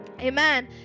amen